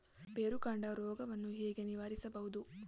ಬೇರುಕಾಂಡ ರೋಗವನ್ನು ಹೇಗೆ ನಿರ್ವಹಿಸಬಹುದು?